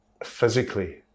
physically